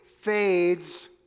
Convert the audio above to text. fades